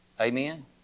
Amen